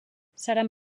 seran